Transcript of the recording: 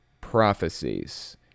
prophecies